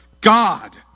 God